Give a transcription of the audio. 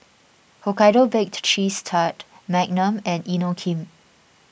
Hokkaido Baked Cheese Tart Magnum and Inokim